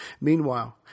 Meanwhile